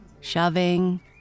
shoving